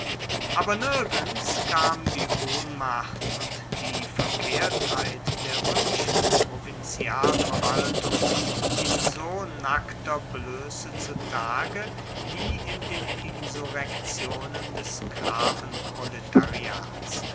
aber nirgends kam die ohnmacht und die verkehrtheit der römischen provinzialverwaltung in so nackter blöße zu tage wie in den insurrektionen des